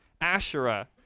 Asherah